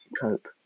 cope